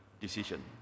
decision